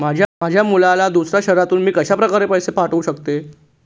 माझ्या मुलाला दुसऱ्या शहरातून मी कशाप्रकारे पैसे पाठवू शकते?